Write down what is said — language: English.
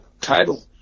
title